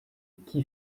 qui